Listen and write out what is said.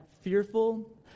fearful